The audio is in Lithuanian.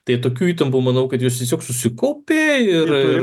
tai tokių įtampų manau kad jos tiesiog susikaupė ir